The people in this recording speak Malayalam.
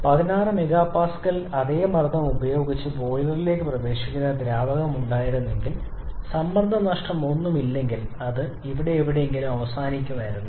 16 MPa യുടെ അതേ മർദ്ദം ഉപയോഗിച്ച് ബോയിലറിലേക്ക്nപ്രവേശിക്കുന്ന ദ്രാവകം ഉണ്ടായിരുന്നെങ്കിൽ സമ്മർദ്ദ നഷ്ടമൊന്നുമില്ലെങ്കിൽ അത് ഇവിടെ എവിടെയെങ്കിലും അവസാനിക്കുമായിരുന്നു